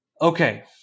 Okay